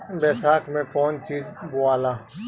बैसाख मे कौन चीज बोवाला?